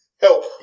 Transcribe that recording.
help